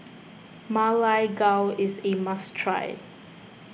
Ma Lai Gao is a must try